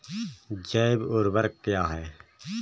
जैव ऊर्वक क्या है?